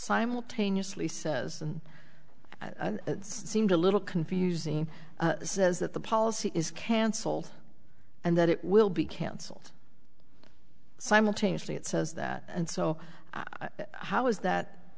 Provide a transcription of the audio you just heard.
simultaneously says seemed a little confusing says that the policy is cancelled and that it will be cancelled simultaneously it says that and so how is that